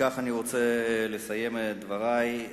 בכך אני רוצה לסיים את דברי.